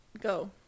Go